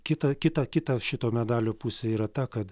kita kita kita šito medalio pusė yra ta kad